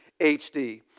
HD